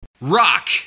Rock